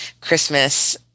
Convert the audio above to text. Christmas